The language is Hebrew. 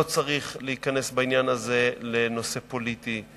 לא צריך להיכנס בעניין הזה לנושא פוליטי.